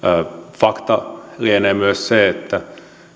fakta lienee myös se että